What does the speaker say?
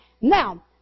Now